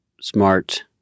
smart